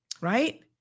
Right